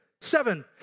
Seven